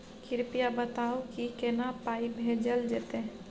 कृपया बताऊ की केना पाई भेजल जेतै?